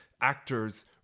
actors